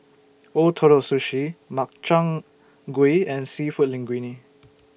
Ootoro Sushi Makchang Gui and Seafood Linguine